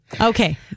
Okay